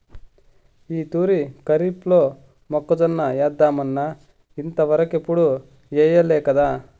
ఈ తూరి కరీఫ్లో మొక్కజొన్న ఏద్దామన్నా ఇంతవరకెప్పుడూ ఎయ్యలేకదా